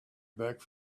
back